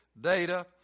data